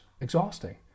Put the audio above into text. exhausting